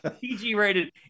PG-rated